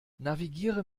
navigiere